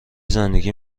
زندگی